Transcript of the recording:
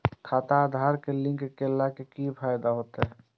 खाता आधार से लिंक केला से कि फायदा होयत?